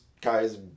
guys